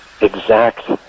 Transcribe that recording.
exact